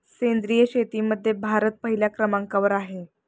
सेंद्रिय शेतीमध्ये भारत पहिल्या क्रमांकावर आहे